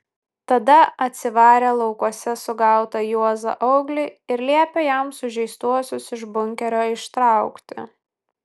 tada atsivarė laukuose sugautą juozą auglį ir liepė jam sužeistuosius iš bunkerio ištraukti